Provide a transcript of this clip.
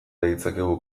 ditzakegu